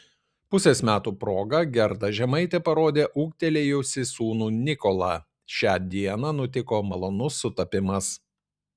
pusės metų proga gerda žemaitė parodė ūgtelėjusį sūnų nikolą šią dieną nutiko malonus sutapimas